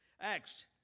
Acts